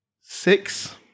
Six